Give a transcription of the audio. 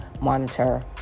monitor